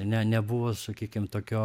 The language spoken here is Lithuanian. ne nebuvo sakykim tokio